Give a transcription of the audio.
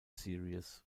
series